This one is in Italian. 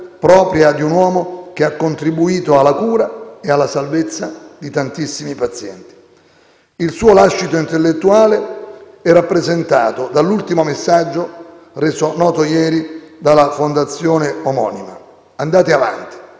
propria di un uomo che ha contribuito alla cura e alla salvezza di tantissimi pazienti. Il suo lascito intellettuale è rappresentato dall'ultimo messaggio reso noto ieri dalla Fondazione omonima: «Andate avanti,